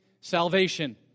salvation